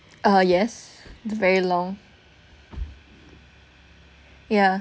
ah yes it's very long yeah